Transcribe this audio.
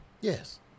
Yes